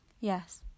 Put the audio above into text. Yes